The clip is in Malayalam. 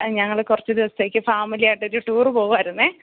ഞങ്ങള് കുറച്ചു ദിവസത്തേക്ക് ഫാമിലി ആയിട്ടൊരു ടൂര് പോവാരുന്നെ